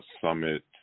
summit